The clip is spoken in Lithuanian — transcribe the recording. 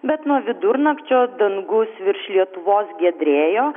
bet nuo vidurnakčio dangus virš lietuvos giedrėjo